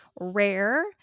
rare